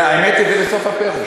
האמת שזה בסוף הפרק.